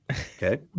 Okay